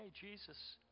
Jesus